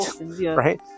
Right